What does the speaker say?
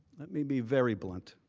let me be very blunt.